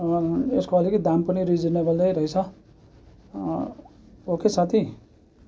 यसको अलिक दाम पनि रिजनेबललै रहेछ ओके साथी